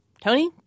Tony